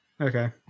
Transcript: Okay